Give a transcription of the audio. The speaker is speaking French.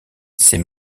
ses